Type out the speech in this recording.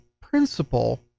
principle